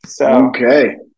Okay